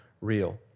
real